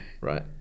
right